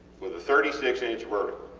with a thirty six inch vertical,